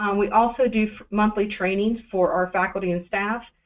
um we also do for monthly training for our faculty and staff.